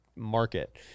market